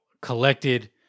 collected